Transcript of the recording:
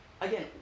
again